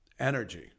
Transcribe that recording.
Energy